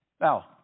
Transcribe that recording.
Now